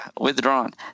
withdrawn